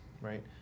Right